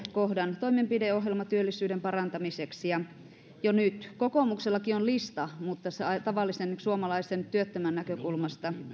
kohdan toimenpideohjelma työllisyyden parantamiseksi jo nyt kokoomuksellakin on lista mutta tavallisen suomalaisen työttömän näkökulmasta